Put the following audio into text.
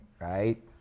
right